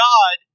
God